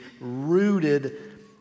rooted